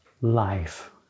life